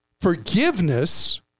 forgiveness